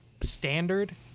standard